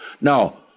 Now